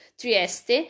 Trieste